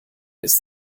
ist